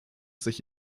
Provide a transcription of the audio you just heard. sich